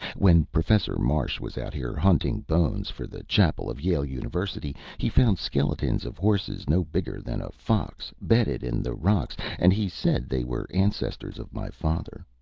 when professor marsh was out here hunting bones for the chapel of yale university he found skeletons of horses no bigger than a fox, bedded in the rocks, and he said they were ancestors of my father.